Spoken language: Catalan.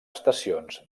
estacions